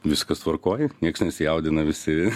viskas tvarkoj nieks nesijaudina visi